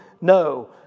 no